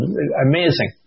amazing